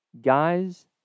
guys